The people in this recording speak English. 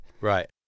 Right